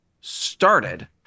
started